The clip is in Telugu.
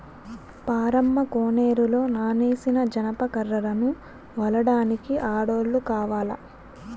పారమ్మ కోనేరులో నానేసిన జనప కర్రలను ఒలడానికి ఆడోల్లు కావాల